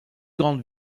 grande